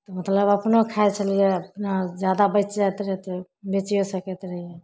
तऽ मतलब अपनो खाइ छलिए अपना जादा बचि जाइत रहै तऽ बेचिओ सकैत रहिए